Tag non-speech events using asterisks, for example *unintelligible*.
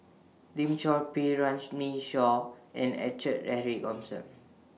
Lim Chor Pee *unintelligible* Shaw and *unintelligible* Eric *unintelligible*